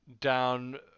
down